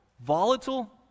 volatile